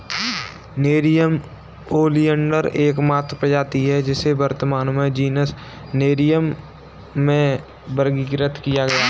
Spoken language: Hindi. नेरियम ओलियंडर एकमात्र प्रजाति है जिसे वर्तमान में जीनस नेरियम में वर्गीकृत किया गया है